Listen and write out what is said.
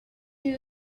you